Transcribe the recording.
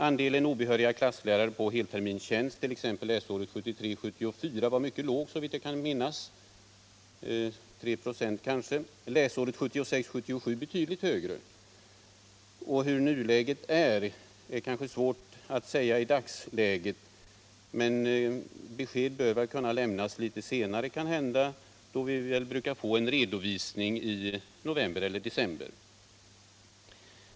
Andelen obehöriga klasslärare på helterminstjänst t.ex. läsåret 1973 77 betydligt högre. Det är kanske svårt att just nu ge besked om nuläget, men uppgift härom kan måhända lämnas i samband med den redovisning som vi brukar få i november eller december.